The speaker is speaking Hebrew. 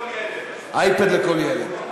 אז אייפד לכל ילד.